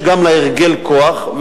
יש גם להרגל כוח,